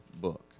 book